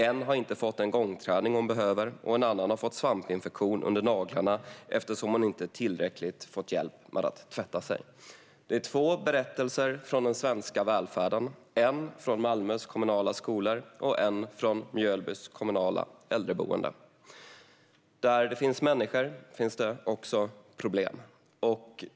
En har inte fått den gångträning hon behöver, och en annan har fått svampinfektion under naglarna eftersom hon inte tillräckligt fått hjälp med att tvätta sig. Detta är två berättelser från den svenska välfärden, en från Malmös kommunala skolor och en från Mjölbys kommunala äldreboende. Där det finns människor finns det också problem.